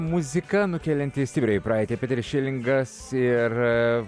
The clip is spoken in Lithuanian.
muzika nukelianti stipriai į praeitį piteris šilingas ir